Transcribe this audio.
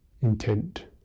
Intent